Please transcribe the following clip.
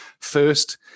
first